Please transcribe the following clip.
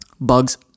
Bugs